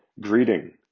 greeting